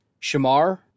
Shamar